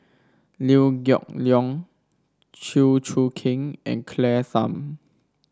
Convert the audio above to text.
Liew Geok Leong Chew Choo Keng and Claire Tham